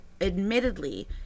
admittedly